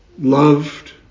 loved